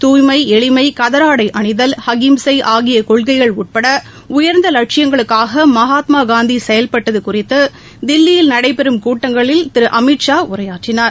தூய்மை எளிமை கதராடை அணிதல் அஹிம்சை அதிய கொள்கைகள் உட்பட உயர்ந்த லட்சியங்களுக்காக மகாத்மா காந்தி செயவ்படடது குறித்து தில்லியில் நடைபெறும் கூட்டங்களில் அமித் ஷா உரையாற்றினார்